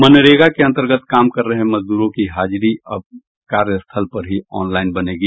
मनरेगा के अंतर्गत काम कर रहे मजदूरों की हाजिरी अब कार्यस्थल पर ही ऑनलाइन बनेगी